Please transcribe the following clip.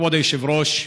כבוד היושב-ראש,